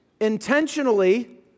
intentionally